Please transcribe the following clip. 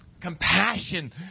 Compassion